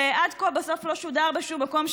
שעד כה בסוף לא שודר בשום מקום,